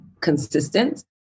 consistent